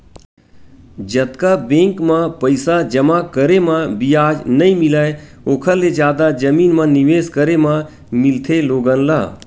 जतका बेंक म पइसा जमा करे म बियाज नइ मिलय ओखर ले जादा जमीन म निवेस करे म मिलथे लोगन ल